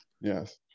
yes